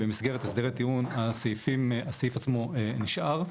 במסגרת הסדרי טיעון הסעיף עצמו נשאר.